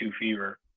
fever